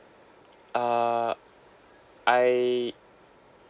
uh I